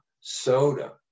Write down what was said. soda